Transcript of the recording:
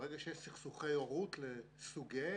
ברגע שיש סכסוכי הורות לסוגיהם,